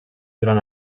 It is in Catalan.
durant